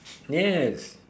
yes